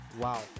Wow